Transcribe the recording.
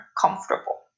comfortable